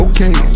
Okay